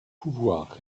pouvoirs